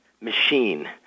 machine